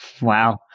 Wow